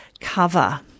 cover